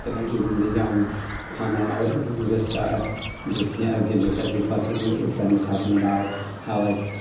and like eating the young comment, or just ah just, you know, again, just like reflecting a friend was talking about how, like,